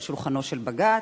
על שולחנו של בג"ץ,